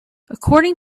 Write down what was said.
according